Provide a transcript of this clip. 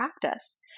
practice